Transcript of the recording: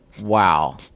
wow